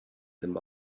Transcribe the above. them